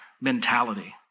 mentality